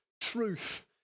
truth